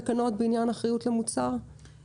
תקשורת, מוצרי חשמל, ורהיטים.